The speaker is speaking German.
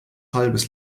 halbes